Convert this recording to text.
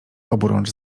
oburącz